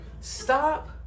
stop